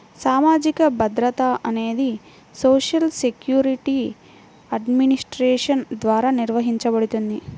సామాజిక భద్రత అనేది సోషల్ సెక్యూరిటీ అడ్మినిస్ట్రేషన్ ద్వారా నిర్వహించబడుతుంది